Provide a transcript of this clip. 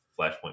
Flashpoint